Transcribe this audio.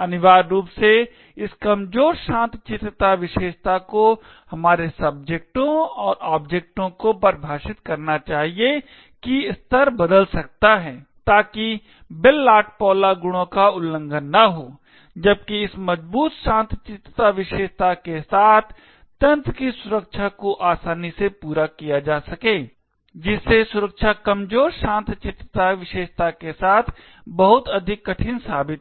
अनिवार्य रूप से इस कमजोर शांतचित्तता विशेषता को हमारे सब्जेक्टों और ओब्जेक्टों को परिभाषित करना चाहिए कि स्तर बदल सकता है ताकि बेल लाडुपुला गुणों का उल्लंघन न हो जबकि इस मजबूत शांतचित्तता विशेषता के साथ तंत्र की सुरक्षा को आसानी से पूरा किया जा सके जिससे सुरक्षा कमजोर शांतचित्तता विशेषता के साथ बहुत अधिक कठिन साबित हो